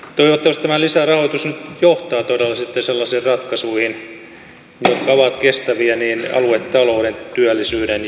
toivottavasti tämä lisärahoitus nyt johtaa todella sitten sellaisiin ratkaisuihin jotka ovat kestäviä niin aluetalouden työllisyyden kuin ympäristön kannalta